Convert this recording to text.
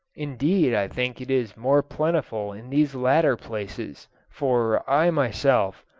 indeed i think it is more plentiful in these latter places, for i myself,